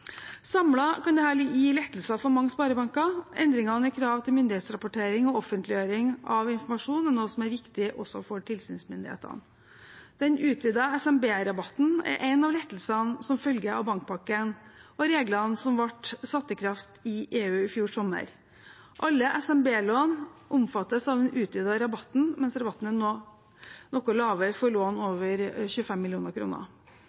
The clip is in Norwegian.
kan dette gi lettelser for mange sparebanker. Endringene i krav til myndighetsrapportering og offentliggjøring av informasjon er noe som er viktig også for tilsynsmyndighetene. Den utvidede SMB-rabatten er én av lettelsene som følger av bankpakken og reglene som ble satt i kraft i EU i fjor sommer. Alle SMB-lån omfattes av den utvidede rabatten, mens rabatten nå er noe lavere for lån